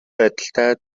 байдалтай